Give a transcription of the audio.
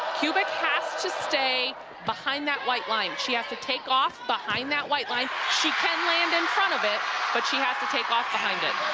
kubik has to stay behind that white line she has to take off behind that white line she can land in front of it but she has to take off behind it.